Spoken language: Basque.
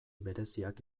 bereziak